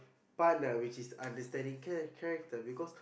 partner which is understanding cha~ character because